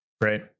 Right